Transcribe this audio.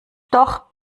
doch